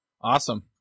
Awesome